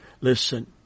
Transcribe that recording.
listen